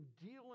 dealing